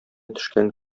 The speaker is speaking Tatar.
төшкән